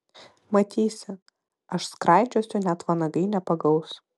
matysi aš skraidžiosiu net vanagai nepagaus